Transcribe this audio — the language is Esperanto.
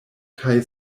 kaj